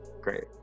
great